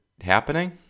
happening